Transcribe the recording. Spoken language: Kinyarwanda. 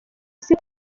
isi